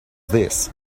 this